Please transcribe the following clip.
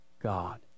God